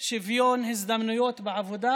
שוויון ההזדמנויות בעבודה,